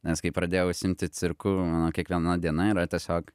nes kai pradėjau užsiimti cirku mano kiekviena diena yra tiesiog